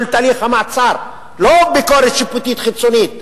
תהליך המעצר" לא ביקורת שיפוטית חיצונית,